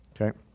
Okay